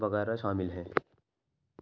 وغیرہ شامل ہیں